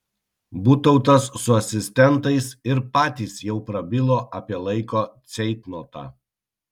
butautas su asistentais ir patys jau prabilo apie laiko ceitnotą